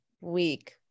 week